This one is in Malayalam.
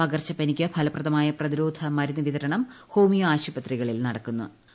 പകർച്ചപ്പനിക്ക് ഫലപ്രദമായ പ്രതിരോധ മരുന്നുവിതരണം ഹോമിയോ ആശുപത്രികളിൽ നടക്കുന്നുണ്ട്